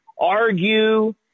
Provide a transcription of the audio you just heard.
argue